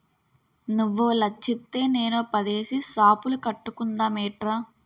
నువ్వో లచ్చిత్తే నేనో పదేసి సాపులు కట్టుకుందమేట్రా